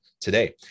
today